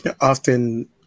Often